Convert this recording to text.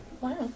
Wow